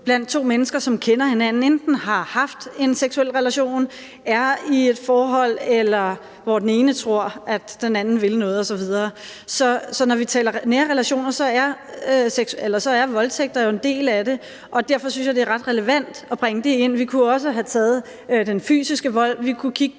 blandt to mennesker, som kender hinanden og enten har haft en seksuel relation, er i et forhold, eller hvor det er sådan, at den ene tror, at den anden vil noget osv. Så når vi taler nære relationer, er voldtægt jo en del af det, og derfor synes jeg, det er ret relevant at bringe det ind. Vi kunne jo også have taget den fysiske vold, hvor vi kunne kigge